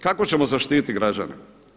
Kako ćemo zaštititi građane?